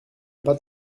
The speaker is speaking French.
pas